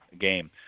game